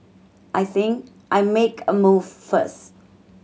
I think I make a move first